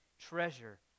treasure